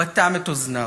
הוא אטם את אוזניו,